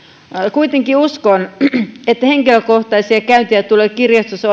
kuitenkin uskon että henkilökohtaisia käyntejä tulee kirjastossa